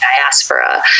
diaspora